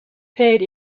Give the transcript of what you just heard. paid